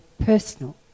personal